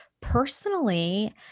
personally